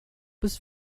was